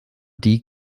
die